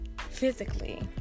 physically